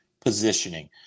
positioning